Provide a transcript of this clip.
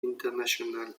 international